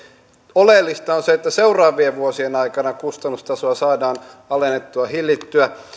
oleellista on se että seuraavien vuosien aikana kustannustasoa saadaan alennettua ja hillittyä